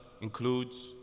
includes